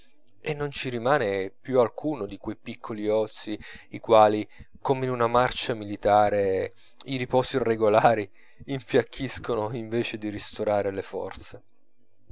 e non ci rimane più alcuno di quei piccoli ozii i quali come in una marcia militare i riposi irregolari infiacchiscono invece di ristorare le forze